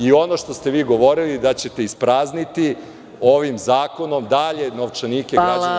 I ono što ste vi govorili da ćete isprazniti ovim zakonom dalje novčanike građana Srbije…